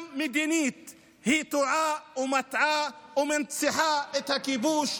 גם מהבחינה המדינית היא טועה ומטעה ומנציחה את הכיבוש,